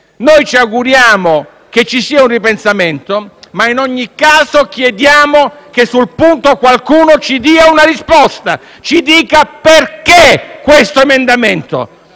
Noi ci auguriamo che ci sia un ripensamento, ma in ogni caso chiediamo che sul punto qualcuno ci dia una risposta. Ci dica il perché di questo emendamento.